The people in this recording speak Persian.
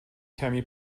کمی